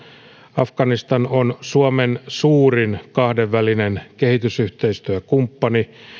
afganistan on suomen suurin kahdenvälinen kehitysyhteistyökumppani